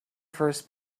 first